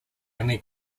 only